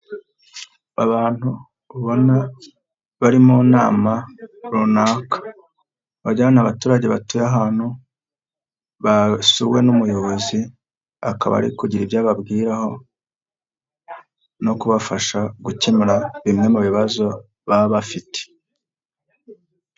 Abantu ubona bari mu nama runaka, wagira n'abaturage batuye ahantu basuwe n'umuyobozi akaba ari kugira ibyo ababwiraho no kubafasha gukemura bimwe mu bibazo baba bafite.